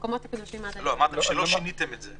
לא, אמרתם שלא שיניתם את זה.